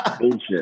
bullshit